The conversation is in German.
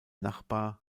nachbar